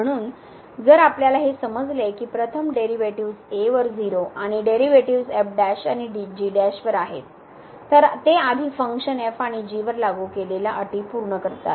म्हणून जर आपल्याला हे समजले की प्रथम डेरिव्हेटिव्ह्ज a वर 0 आणि डेरिव्हेटिव्ह्ज आणि वर आहेत तर ते आधी फंक्शन आणि वर लागू केलेल्या अटी पूर्ण करतात